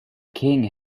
king